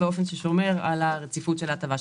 באופן ששומר על הרציפות של ההטבה.